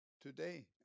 today